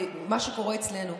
מה שקורה אצלנו.